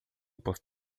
posso